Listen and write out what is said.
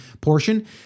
portion